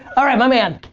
alright, my man.